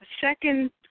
Second